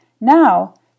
Now